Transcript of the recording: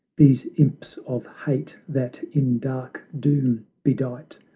these imps of hate, that in dark doom bedight,